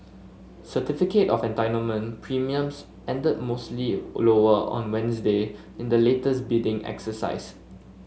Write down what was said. certificate of Entitlement premiums ended mostly lower on Wednesday in the latest bidding exercise